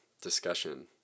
discussion